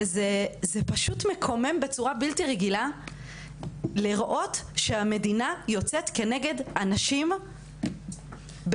זה פשוט מקומם בצורה בלתי רגילה לראות שהמדינה יוצאת כנגד הנשים בתוכה.